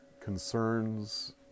concerns